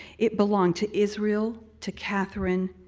it belonged to israel, to katherine,